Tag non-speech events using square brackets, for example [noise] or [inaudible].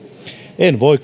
en voi [unintelligible]